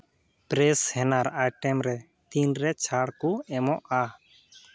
fresh ᱦᱮᱱᱟᱨ item ᱨᱮ ᱛᱤᱱ ᱨᱮ ᱪᱷᱟᱹᱲ ᱠᱚ ᱮᱢᱚᱜᱼᱟ